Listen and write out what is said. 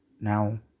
Now